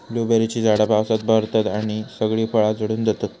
ब्लूबेरीची झाडा पावसात बहरतत आणि सगळी फळा झडून जातत